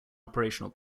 operational